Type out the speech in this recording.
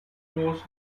grows